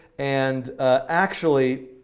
and actually,